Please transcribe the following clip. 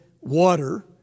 water